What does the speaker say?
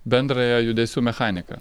bendrąją judesių mechaniką